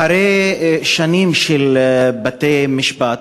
אחרי שנים של בתי-משפט,